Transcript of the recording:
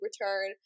return